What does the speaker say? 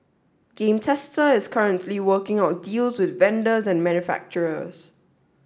game Tester is currently working on deals with vendors and manufacturers